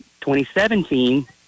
2017